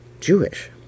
Jewish